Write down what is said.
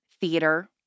theater